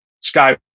sky